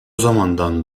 zamandan